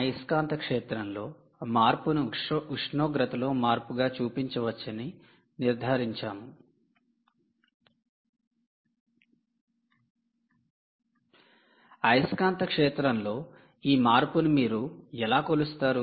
అయస్కాంత క్షేత్రం లో ఈ మార్పును మీరు ఎలా కొలుస్తారు